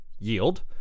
yield